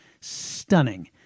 stunning